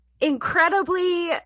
incredibly